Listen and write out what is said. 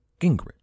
Gingrich